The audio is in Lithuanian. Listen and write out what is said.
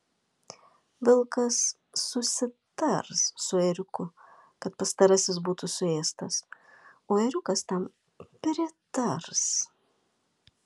vilkas susitars su ėriuku kad pastarasis būtų suėstas o ėriukas tam pritars